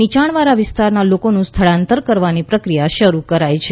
નિયાણવાળા વિસ્તારના લોકોનું સ્થળાંતર કરવાની પ્રક્રિયા શરૂ કરાઇ છે